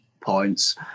points